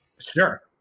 sure